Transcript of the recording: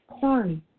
Sorry